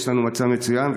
יש לנו מצע מצוין,